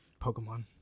Pokemon